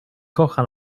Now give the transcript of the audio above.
kocha